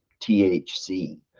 thc